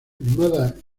filmada